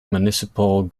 municipal